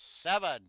Seven